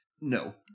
No